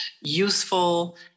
useful